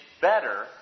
better